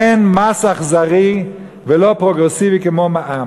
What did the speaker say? אין מס אכזרי ולא פרוגרסיבי כמו מע"מ.